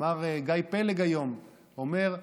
גיא פלג היום אומר: